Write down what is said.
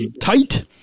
tight